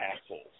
assholes